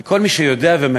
כי כל מי שיודע ומכיר,